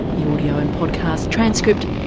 the audio and podcast, transcript,